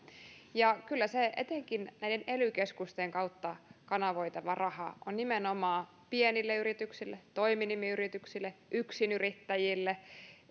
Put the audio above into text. ja kyllä etenkin näiden ely keskusten kautta kanavoitava raha on nimenomaan pienille yrityksille toiminimiyrityksille yksinyrittäjille